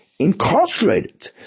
Incarcerated